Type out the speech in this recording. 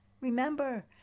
Remember